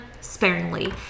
sparingly